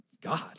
God